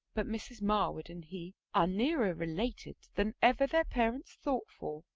but mrs. marwood and he are nearer related than ever their parents thought for.